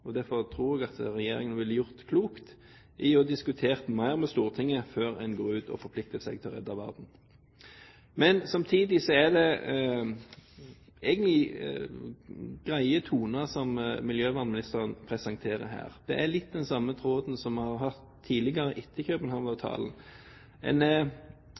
Derfor tror jeg at regjeringen hadde gjort klokt i å diskutere mer med Stortinget før man går ut og forplikter seg til å redde verden. Samtidig er det egentlig greie toner som miljøvernministeren presenterer her. Det er litt av den samme tråden som vi har hørt tidligere, etter